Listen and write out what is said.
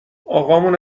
اقامون